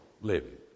living